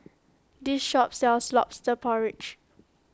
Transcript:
this shop sells Lobster Porridge